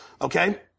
Okay